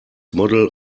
model